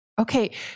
Okay